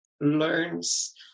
learns